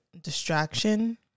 distraction